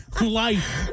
life